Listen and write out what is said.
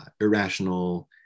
irrational